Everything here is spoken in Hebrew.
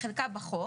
חלקה בחוק